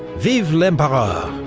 vive l'empereur!